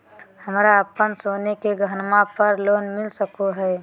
हमरा अप्पन सोने के गहनबा पर लोन मिल सको हइ?